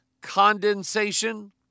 condensation